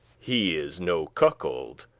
he is no cuckold.